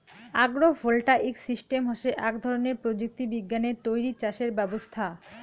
agro voltaic system হসে আক ধরণের প্রযুক্তি বিজ্ঞানে তৈরী চাষের ব্যবছস্থা